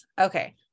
okay